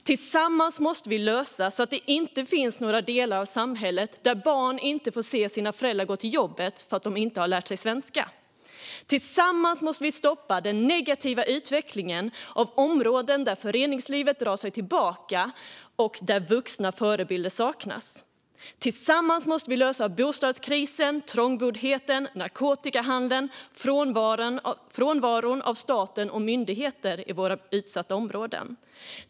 Tillsammans måste vi se till att det inte finns några delar av samhället där barn inte får se sina föräldrar gå till jobbet för att de inte har lärt sig svenska. Tillsammans måste vi stoppa den negativa utvecklingen i områden där föreningslivet drar sig tillbaka och vuxna förebilder saknas. Tillsammans måste vi lösa bostadskrisen, trångboddheten, narkotikahandeln och statens och myndigheters frånvaro i våra utsatta områden.